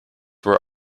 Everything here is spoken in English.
were